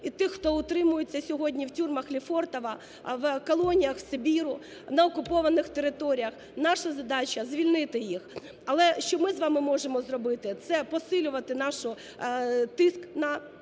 і тих, хто утримується сьогодні в тюрмах Лефортово, в колоніях в Сибіру, на окупованих територіях. Наша задача – звільнити їх. Але що ми з вами можемо зробити? Це посилювати наш тиск на Москву